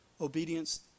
obedience